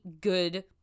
good